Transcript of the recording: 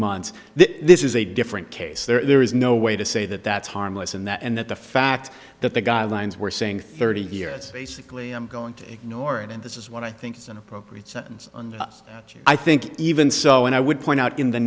months this is a different case there is no way to say that that's harmless and that and that the fact that the guidelines were saying thirty years basically i'm going to ignore it and this is what i think is an appropriate sentence and i think even so and i would point out in the